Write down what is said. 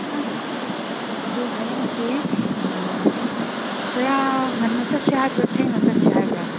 ꯑꯁ ꯑꯗꯨ ꯍꯌꯦꯡꯁꯤ ꯈꯔ ꯉꯟꯅ ꯆꯠꯁꯤ ꯍꯥꯏꯕ꯭ꯔꯥ ꯊꯦꯡꯅ ꯆꯠꯁꯤ ꯍꯥꯏꯕ꯭ꯔꯥ